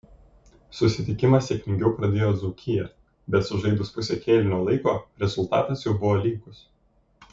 susitikimą sėkmingiau pradėjo dzūkija bet sužaidus pusę kėlinio laiko rezultatas jau buvo lygus